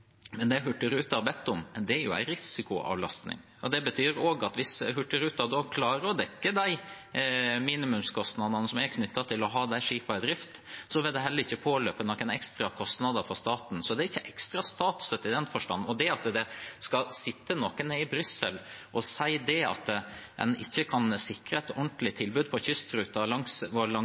Men det Hurtigruten har bedt om, er en risikoavlastning. Det betyr at hvis Hurtigruten klarer å dekke de minimumskostnadene som er knyttet til å ha de skipene i drift, vil det heller ikke påløpe ekstra kostnader for staten, så det er ikke ekstra statsstøtte i den forstand. Det skal altså sitte noen i Brussel og si at en ikke kan sikre et ordentlig tilbud for kystruten langs vår